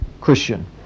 Christian